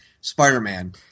Spider-Man